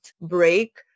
break